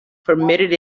permitted